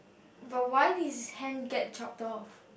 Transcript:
but why did his hand get chopped off